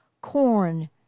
corn